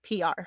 PR